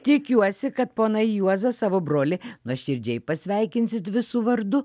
tikiuosi kad ponai juozas savo brolį nuoširdžiai pasveikinsit visu vardu